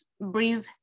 breathe